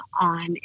on